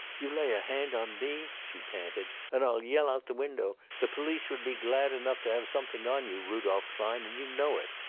you lay a hand on me, she panted, and i'll yell out the window. the police would be glad enough to have something on you, rudolph klein, and you know it.